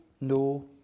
no